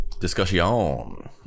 Discussion